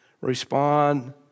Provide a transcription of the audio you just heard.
respond